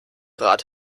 rad